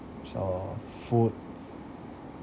or food